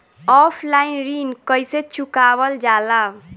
Offline ऋण कइसे चुकवाल जाला?